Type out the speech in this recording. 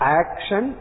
action